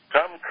Come